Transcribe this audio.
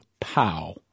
pow